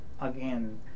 again